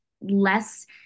less-